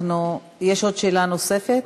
יש עוד שאלה נוספת?